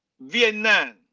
Vietnam